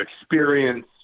experience